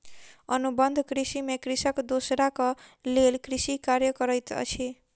अनुबंध कृषि में कृषक दोसराक लेल कृषि कार्य करैत अछि